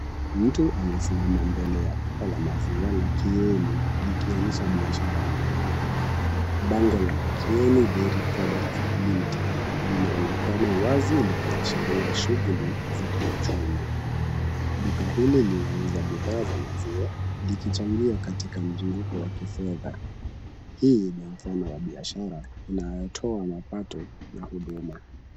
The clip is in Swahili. Mtu amesimama mbele ya duka la maziwa la Kieni likionyesha biashara ndogo. Bango la Kieni Dairy Products Ltd linaonekana wazi likiashiria shughuli za kiuchumi. Duka hili linauza bidhaa za maziwa likichangia katika mzunguko wa kifedha. Hii ni mfano ya biashara inayotoa mapato na huduma.